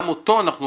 גם אותו אנחנו